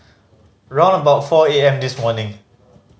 round about four A M this morning